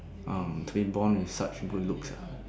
um to be born with such good looks ah